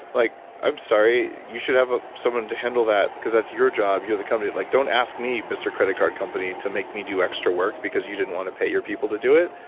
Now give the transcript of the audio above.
like, i'm sorry, you should have ah someone to handle that because that's your job you're the company. like, don't ask me mister credit card company to make me do extra work because you didn't want to pay your people to do it.